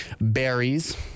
berries